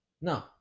no